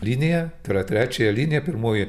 liniją tai yra trečiąją liniją pirmoji